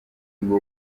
ngo